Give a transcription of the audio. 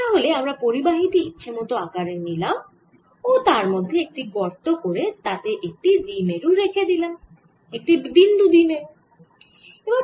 তাহলে আমার পরিবাহী টি ইচ্ছামত আকারের নিলাম ও তার মধ্যে একটি গর্ত করে তাতে একটি দ্বিমেরু রেখে দিলাম একটি বিন্দু দ্বিমেরু